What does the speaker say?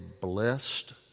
blessed